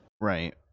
Right